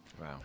Wow